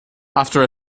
after